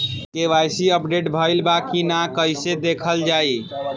KYC update भइल बा कि ना कइसे देखल जाइ?